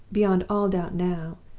beyond all doubt now,